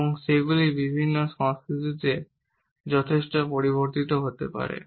এবং সেগুলি বিভিন্ন সংস্কৃতিতে যথেষ্ট পরিবর্তিত হতে পারে